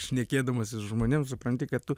šnekėdamasis su žmonėm supranti kad tu